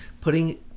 putting